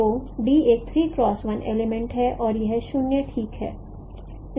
तो d एक element है और यह 0 ठीक है